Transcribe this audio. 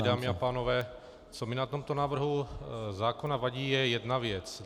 Dámy a pánové, co mi na tomto návrhu zákona vadí, je jedna věc.